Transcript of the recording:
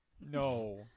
No